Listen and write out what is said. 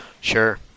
Sure